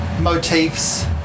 motifs